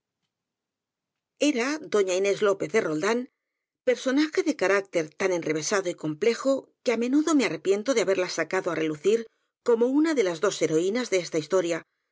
era doña inés lópez de roldán personaje de carácter tan enrevesado y complejo que á menudo me arrepiento de haberla sacado á relucir como una de las dos heroínas de esta historia